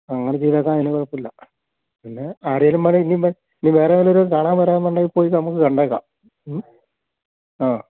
അങ്ങനെ ചെയ്തേക്കാം അതിന് കുഴപ്പമില്ല പിന്നെ ആരേലും വേണം ഇനിയും ഇനിയും വേറെ വല്ലവരും ഒക്കെ കാണാൻ വരുവാണെന്നുണ്ടെങ്കിൽ പോയി നമുക്ക് കണ്ടേക്കാം മ്മ് ആ